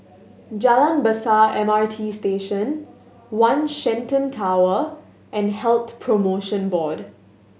Jalan Besar M R T Station One Shenton Tower and Health Promotion Board